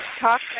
talk